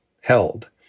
held